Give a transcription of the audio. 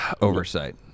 oversight